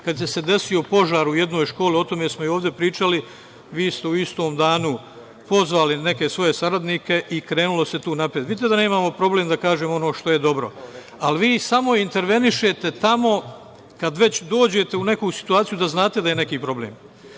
kada se desio požar u jednoj školi, o tome smo i ovde pričali, vi ste u istom danu pozvali neke svoje saradnike i krenulo se tu napred. Vidite da nemamo problem da kažemo ono što je dobro. Ali vi samo intervenišete tamo kada već dođete u neku situaciju da znate da je neki problem.